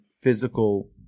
physical